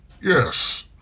Yes